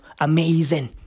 Amazing